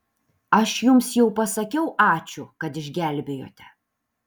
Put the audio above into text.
aš jums jau pasakiau ačiū kad išgelbėjote